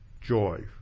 joy